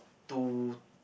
two